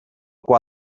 qual